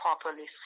properly